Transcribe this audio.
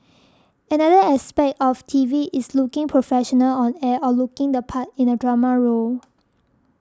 another aspect of T V is looking professional on air or looking the part in a drama role